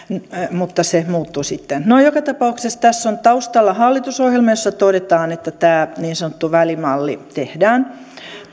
mutta se muuttui sitten no joka tapauksessa tässä on taustalla hallitusohjelma jossa todetaan että tämä niin sanottu välimalli tehdään